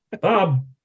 Bob